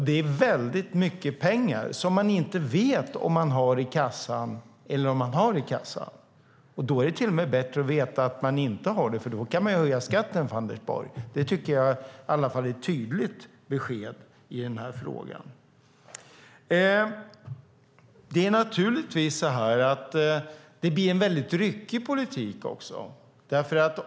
Det är mycket pengar som man inte vet om man har i kassan eller inte. Då är det till och med bättre att veta att man inte har det, för då kan man höja skatten för Anders Borg. Det är i alla fall ett tydligt besked i frågan. Det blir en ryckig politik också.